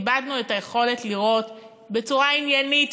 איבדנו את היכולת לראות בצורה עניינית,